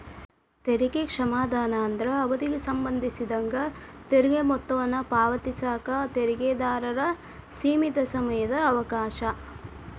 ತೆರಿಗೆ ಕ್ಷಮಾದಾನ ಅಂದ್ರ ಅವಧಿಗೆ ಸಂಬಂಧಿಸಿದಂಗ ತೆರಿಗೆ ಮೊತ್ತವನ್ನ ಪಾವತಿಸಕ ತೆರಿಗೆದಾರರ ಸೇಮಿತ ಸಮಯದ ಅವಕಾಶ